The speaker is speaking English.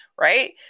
Right